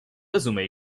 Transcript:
resume